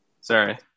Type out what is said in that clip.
Sorry